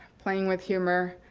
playing with humor.